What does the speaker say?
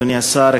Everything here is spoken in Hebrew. אדוני השר,